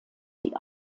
sie